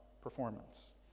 performance